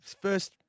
first